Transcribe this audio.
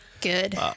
Good